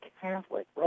Catholic